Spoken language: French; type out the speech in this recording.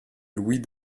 louis